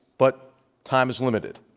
but time is limited.